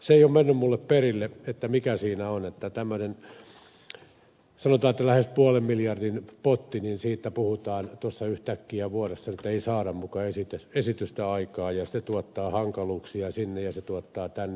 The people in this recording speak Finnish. se ei ole mennyt minulle perille että mikä siinä on että tämmöinen sanotaan lähes puolen miljardin potti niin siitä puhutaan tuossa yhtäkkiä että vuodessa nyt ei saada muka esitystä aikaan ja että se tuottaa hankaluuksia sinne ja se tuottaa hankaluuksia tänne